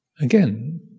again